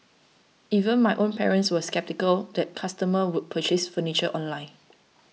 even my own parents were sceptical that customer would purchase furniture online